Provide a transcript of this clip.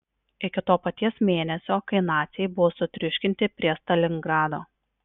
iki to paties mėnesio kai naciai buvo sutriuškinti prie stalingrado